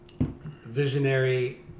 visionary